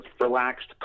relaxed